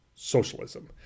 socialism